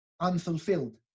unfulfilled